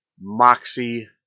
Moxie